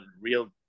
real